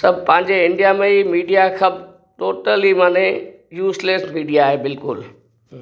सभु पंहिंजे इंडिया में ई मीडिया खपु टोटल ई माने यूसलेस मीडिया आहे बिल्कुलु